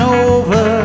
over